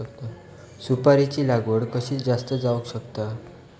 सुपारीची लागवड कशी जास्त जावक शकता?